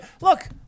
Look